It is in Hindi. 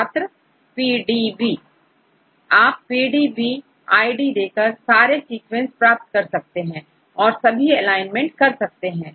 छात्र PDB आप PDB ID देकर सारे सीक्वेंस प्राप्त कर सकते हैं और सभी एलाइनमेंट कर सकते हैं